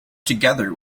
together